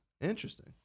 Interesting